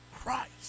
Christ